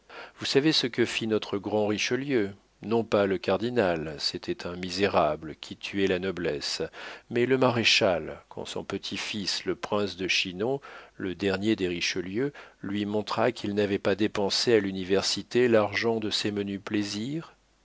vous savez ce que fit notre grand richelieu non pas le cardinal c'était un misérable qui tuait la noblesse mais le maréchal quand son petit-fils le prince de chinon le dernier des richelieu lui montra qu'il n'avait pas dépensé à l'université l'argent de ses menus plaisirs